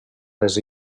les